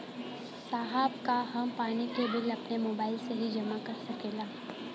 साहब का हम पानी के बिल अपने मोबाइल से ही जमा कर सकेला?